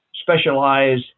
specialize